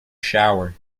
shower